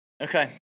okay